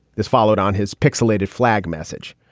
this followed on his pixellated flag message.